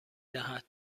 دهد